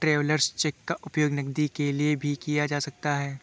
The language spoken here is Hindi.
ट्रैवेलर्स चेक का उपयोग नकदी के लिए भी किया जा सकता है